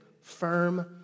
firm